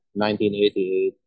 1988